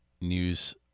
news